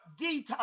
detox